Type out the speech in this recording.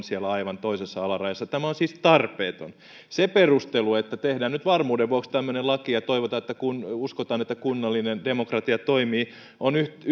siellä aivan alarajassa tämä on siis tarpeeton se perustelu että tehdään nyt varmuuden vuoksi tämmöinen laki ja uskotaan että kunnallinen demokratia toimii on yhtä